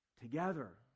together